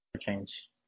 change